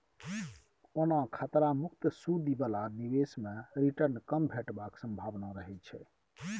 ओना खतरा मुक्त सुदि बला निबेश मे रिटर्न कम भेटबाक संभाबना रहय छै